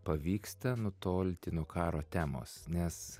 pavyksta nutolti nuo karo temos nes